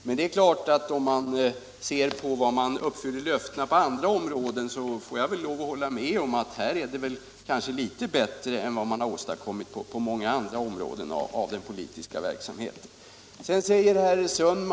Men det är klart att om jag ser på hur man uppfyller sina löften i allmänhet, får jag väl lov att hålla med om att här är det kanske litet bättre än på många andra områden av den politiska verksamheten.